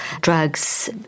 drugs